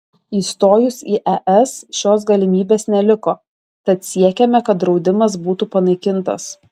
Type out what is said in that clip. įstojus į es šios galimybės neliko tad siekiame kad draudimas būtų panaikintas